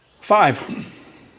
Five